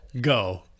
go